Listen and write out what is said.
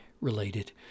related